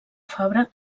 fabra